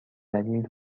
دلیل